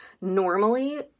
normally